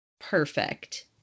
perfect